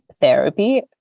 therapy